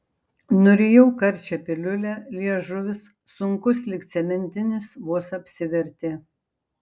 nurijau karčią piliulę liežuvis sunkus lyg cementinis vos apsivertė